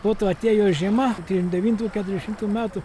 po to atėjo žiema trim devintų keturiašimtų metų